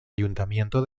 ayuntamiento